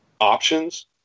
options